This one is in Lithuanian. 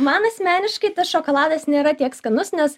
man asmeniškai tas šokoladas nėra tiek skanus nes